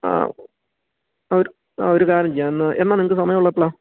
ആ ഒരു ആ ഒരു കാര്യം ചെയ്യാം എന്നാ എന്നാ നിങ്ങൾക്ക് സമയം ഉള്ളത് എപ്പളാണ്